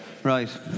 right